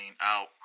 out